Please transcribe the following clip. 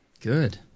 Good